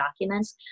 documents